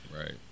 Right